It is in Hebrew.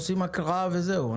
עושים הקראה וזהו.